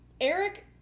Eric